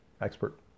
expert